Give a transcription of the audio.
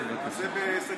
חברת הכנסת גולן, החוצה, ואל